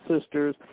sisters